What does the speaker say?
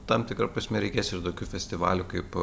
tam tikra prasme reikės ir tokių festivalių kaip